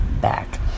back